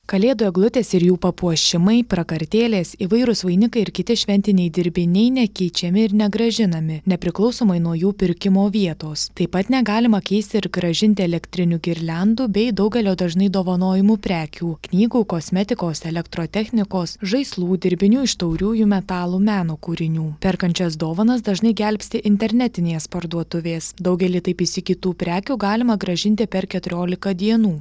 kalėdų eglutės ir jų papuošimai prakartėlės įvairūs vainikai ir kiti šventiniai dirbiniai nekeičiami ir negrąžinami nepriklausomai nuo jų pirkimo vietos taip pat negalima keisti ir grąžinti elektrinių girliandų bei daugelio dažnai dovanojimų prekių knygų kosmetikos elektrotechnikos žaislų dirbinių iš tauriųjų metalų meno kūrinių perkant šias dovanas dažnai gelbsti internetinės parduotuvės daugelį taip įsigytų prekių galima grąžinti per keturiolika dienų